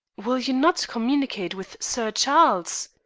will you not communicate with sir charles?